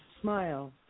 smile